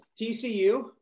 TCU